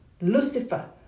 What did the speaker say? lucifer